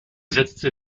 setzte